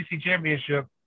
championship